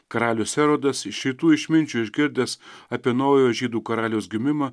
karalius erodas iš rytų išminčių išgirdęs apie naujojo žydų karaliaus gimimą